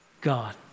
God